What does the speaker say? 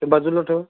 ते बाजूला ठेव